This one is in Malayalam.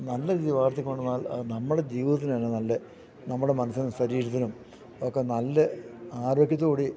നല്ല രീതിയിൽ വളർത്തി കൊണ്ട് വന്നാൽ അത് നമ്മുടെ ജീവിതത്തിന് തന്നെ നല്ല നമ്മുടെ മനസ്സിന് ശരീരത്തിനും ഒക്കെ നല്ല ആരോഗ്യത്തോടുകൂടി